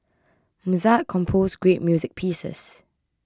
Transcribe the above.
Mozart composed great music pieces